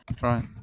Right